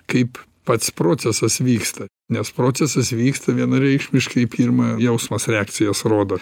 kaip pats procesas vyksta nes procesas vyksta vienareikšmiškai pirma jausmas reakcijas rodo